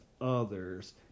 others